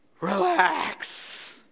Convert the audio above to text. relax